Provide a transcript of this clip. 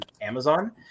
Amazon